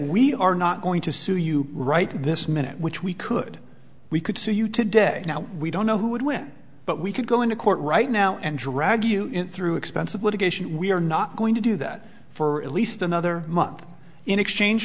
we are not going to sue you right this minute which we could we could see you today now we don't know who would win but we could go into court right now and drag you through expensive litigation we are not going to do that for at least another month in exchange